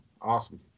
Awesome